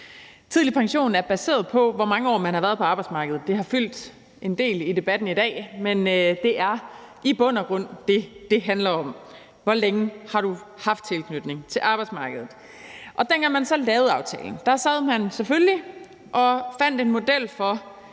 Tidlig pension er baseret på, hvor mange år man har været på arbejdsmarkedet. Det har fyldt en del i debatten i dag, men det er i bund og grund det, som det handler om: Hvor længe har du haft tilknytning til arbejdsmarkedet? Og dengang man så lavede aftalen, sad man selvfølgelig og fandt en model for,